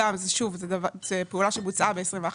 שוב, זו פעולה שבוצעה ב-2021.